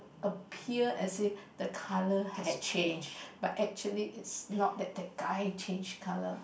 appear as if the colour has changed but actually is not that that guy change colour